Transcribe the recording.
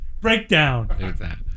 Breakdown